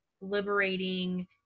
liberating